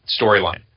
storyline